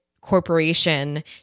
corporation